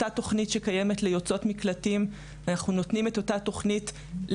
את אותה תוכנית שקיימת ליוצאות מקלטים אנחנו נותנים לצערי,